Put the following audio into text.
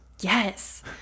Yes